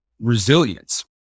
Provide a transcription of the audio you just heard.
resilience